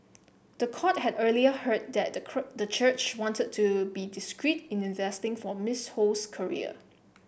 the court had earlier heard that the church wanted to be discreet in investing for Miss Ho's career